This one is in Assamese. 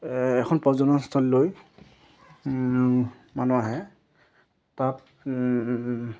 এখন পৰ্যটন স্থলীলৈ মানুহ আহে তাত